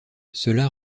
cela